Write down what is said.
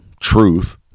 truth